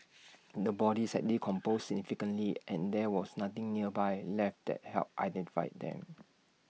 the bodies had decomposed significantly and there was nothing nearby left that helped identify them